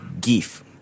give